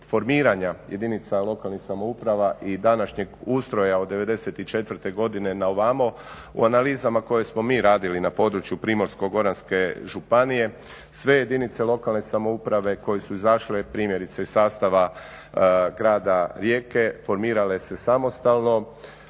jedinica lokalnih samouprava i današnjeg ustroja od 94 godine na ovamo u analizama koje smo mi radili na području Primorsko-goranske županije sve jedinice lokalne samouprave koje su izašle primjerice iz sastava grada Rijeke, formirale se samostalno